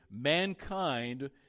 mankind